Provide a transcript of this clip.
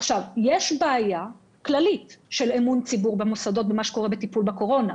עכשיו יש בעיה כללית באמון הציבור במוסדות בכל הקשור לטיפול בקורונה.